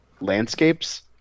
landscapes